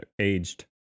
aged